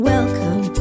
Welcome